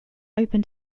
open